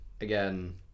again